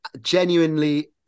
genuinely